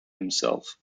himself